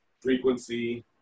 frequency